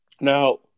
Now